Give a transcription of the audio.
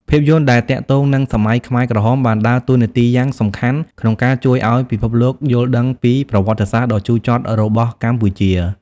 ភាពយន្តដែលទាក់ទងនឹងសម័យខ្មែរក្រហមបានដើរតួនាទីយ៉ាងសំខាន់ក្នុងការជួយឲ្យពិភពលោកយល់ដឹងពី ប្រវត្តិសាស្ត្រដ៏ជូរចត់របស់កម្ពុជា